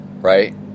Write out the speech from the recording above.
right